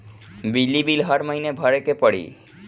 बिजली बिल हर महीना भरे के पड़ी?